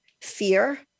fear